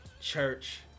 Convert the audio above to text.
church